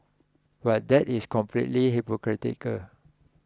but that is completely hypocritical